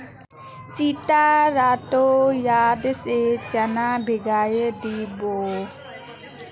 सीता रातोत याद से चना भिगइ दी बो